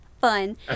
fun